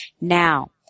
Now